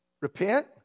repent